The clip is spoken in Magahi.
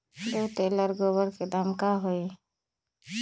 दो टेलर गोबर के दाम का होई?